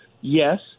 yes